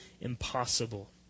impossible